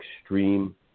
extreme